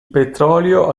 petrolio